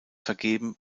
vergeben